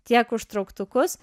tiek užtrauktukus